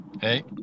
Hey